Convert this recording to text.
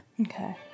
Okay